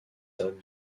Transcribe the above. dam